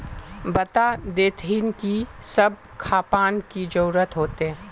बता देतहिन की सब खापान की जरूरत होते?